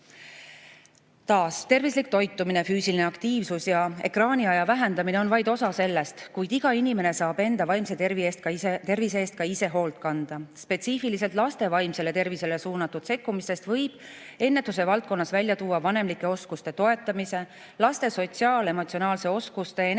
Tervislik toitumine, füüsiline aktiivsus ja ekraaniaja vähendamine on vaid osa sellest, kuidas iga inimene saab enda vaimse tervise eest ka ise hoolt kanda. Spetsiifiliselt laste vaimsele tervisele suunatud sekkumistest võib ennetuse valdkonnas välja tuua vanemlike oskuste toetamise, laste sotsiaal-emotsionaalsete oskuste ja